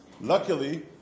Luckily